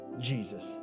Jesus